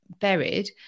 buried